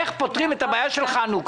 איך את פותרת את הבעיה של חנוכה?